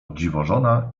dziwożona